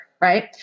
right